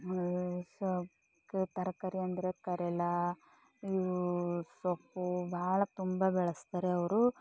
ಸೊಪ್ಪು ತರಕಾರಿ ಅಂದರೆ ಕರೆಲಾ ಇವು ಸೊಪ್ಪು ಬಹಳ ತುಂಬ ಬೆಳೆಸ್ತಾರೆ ಅವರು